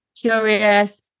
curious